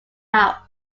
out